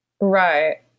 Right